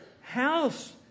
house